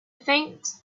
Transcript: faint